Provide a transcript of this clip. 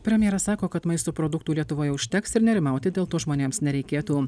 premjeras sako kad maisto produktų lietuvoj užteks ir nerimauti dėl to žmonėms nereikėtų